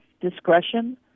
discretion